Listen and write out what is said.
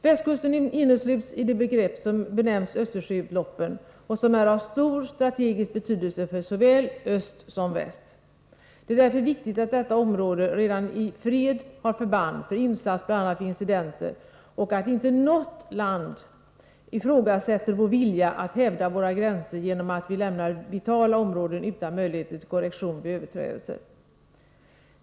Västkusten innesluts i det begrepp som benämns Östersjöutloppen, och som är av stor strategisk betydelse för såväl öst som väst. Det är därför viktigt att detta område redan i fred har förband för insats bl.a. vid incidenter och att inte något land ifrågasätter vår vilja att hävda våra gränser genom att vi lämnar vitala områden utan möjlighet till korrektion vid överträdelser.